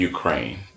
Ukraine